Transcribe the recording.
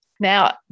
Now